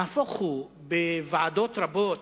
נהפוך הוא, בוועדות רבות,